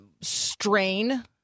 strain